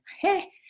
Hey